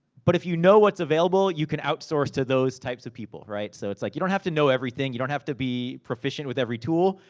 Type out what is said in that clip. but if you know what's available, you can outsource to those types of people, right? so it's like, you don't have to know everything. you don't have to be proficient with every tool.